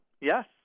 Yes